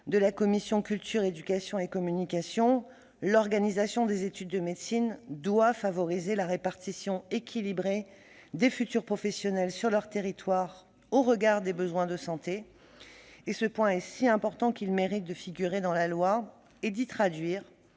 de la commission de la culture, de l'éducation et de la communication, l'organisation des études de médecine doit favoriser une répartition équilibrée des futurs professionnels sur le territoire, au regard des besoins de santé. Ce point est si important qu'il mérite de figurer dans le projet de loi,